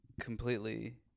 completely